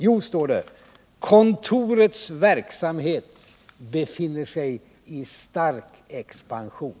Jo, det står: ”Kontorets verksamhet befinner sig i stark expansion.”